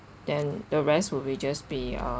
then the rest will be just be uh